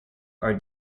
are